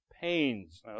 pains